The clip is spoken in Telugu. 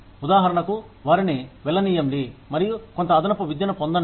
ఉదాహరణకు వారిని వెళ్ళనియండి మరియు కొంత అదనపు విద్యను పొందండి